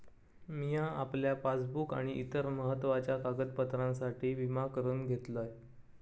मिया आपल्या पासबुक आणि इतर महत्त्वाच्या कागदपत्रांसाठी विमा करून घेतलंय